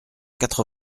quatre